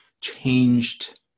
changed